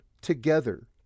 together